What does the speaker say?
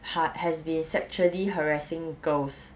ha has been sexually harassing girls